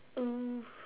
!woo!